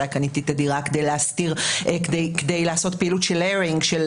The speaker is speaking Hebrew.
אולי קניתי את הדירה כדי לעשות פעילות של ערבול